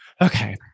okay